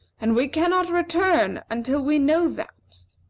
and we cannot return until we know that.